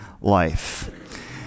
Life